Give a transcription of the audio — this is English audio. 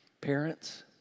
Parents